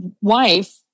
wife